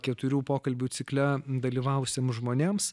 keturių pokalbių cikle dalyvavusiem žmonėms